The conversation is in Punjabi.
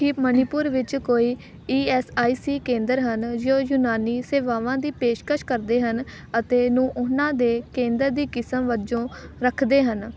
ਕੀ ਮਣੀਪੁਰ ਵਿੱਚ ਕੋਈ ਈ ਐੱਸ ਆਈ ਸੀ ਕੇਂਦਰ ਹਨ ਜੋ ਯੂਨਾਨੀ ਸੇਵਾਵਾਂ ਦੀ ਪੇਸ਼ਕਸ਼ ਕਰਦੇ ਹਨ ਅਤੇ ਨੂੰ ਉਹਨਾਂ ਦੇ ਕੇਂਦਰ ਦੀ ਕਿਸਮ ਵਜੋਂ ਰੱਖਦੇ ਹਨ